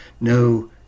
No